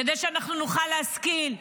כדי שנוכל להשכיל,